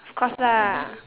of course lah